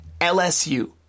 LSU